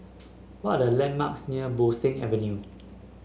what are the landmarks near Bo Seng Avenue